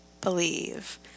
believe